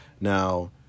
Now